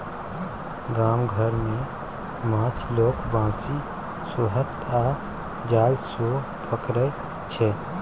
गाम घर मे माछ लोक बंशी, सोहथ आ जाल सँ पकरै छै